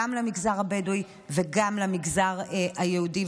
גם למגזר הבדואי וגם למגזר היהודי.